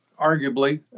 Arguably